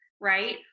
right